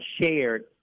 shared